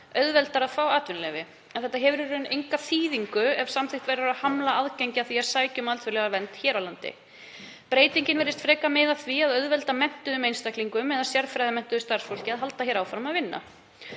auðveldara að fá atvinnuleyfi en þetta hefur í raun enga þýðingu ef samþykkt verður að hamla aðgengi að því að sækja um alþjóðlega vernd hér á landi. Breytingin virðist frekar miða að því að auðvelda menntuðum einstaklingum eða sérfræðimenntuðu starfsfólki að halda hér áfram að vinna.